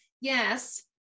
Yes